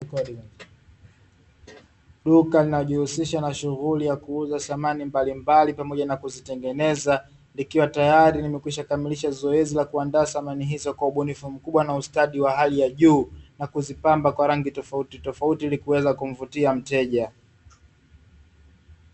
Duka linalojihusisha na shughuli ya kuuza samani mbalimbali pamoja na kuzitengeneza, ikiwa tayari limekwishakamilisha zoezi la kuandaa samani hizo kwa ubunifu mkubwa na ustadi wa hali ya juu, na kuzipamba kwa rangi tofautitofauti ili kuweza kumvutia mteja.